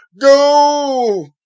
Go